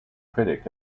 critic